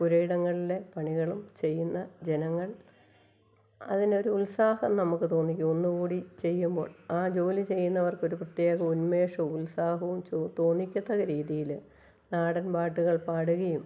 പുരയിടങ്ങളിലെ പണികളും ചെയ്യുന്ന ജനങ്ങൾ അതിന് ഒരു ഉത്സാഹം നമുക്ക് തോന്നിക്കും ഒന്നുകൂടി ചെയ്യുമ്പോൾ ആ ജോലി ചെയ്യുന്നവർക്ക് ഒരു പ്രത്യേക ഉൻമേഷവും ഉത്സാഹവും ചോ തോന്നിക്കത്തക രീതിയിൽ നാടൻ പാട്ടുകൾ പാടുകയും